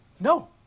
No